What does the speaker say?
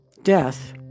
death